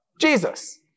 Jesus